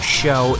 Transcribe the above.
show